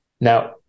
Now